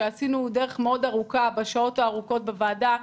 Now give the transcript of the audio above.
שעשינו דרך מאוד ארוכה בשעות הארוכות בוועדה,